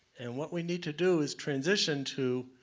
and what we need to do is transition to